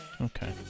Okay